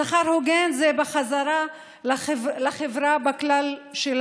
שכר הוגן זה בחזרה לחברה בכללה.